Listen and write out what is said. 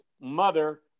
mother